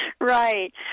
right